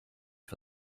for